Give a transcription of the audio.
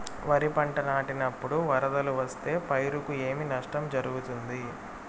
వరిపంట నాటినపుడు వరదలు వస్తే పైరుకు ఏమి నష్టం జరుగుతుంది?